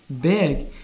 big